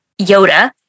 Yoda